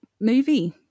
movie